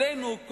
עלינו,